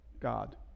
God